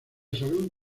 salud